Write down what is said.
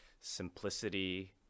simplicity